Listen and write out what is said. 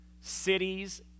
cities